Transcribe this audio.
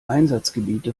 einsatzgebiete